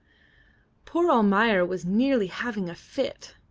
poor almayer was nearly having a fit.